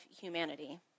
humanity